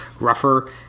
rougher